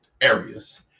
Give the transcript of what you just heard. areas